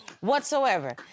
Whatsoever